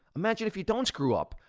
imagine if you don't screw up,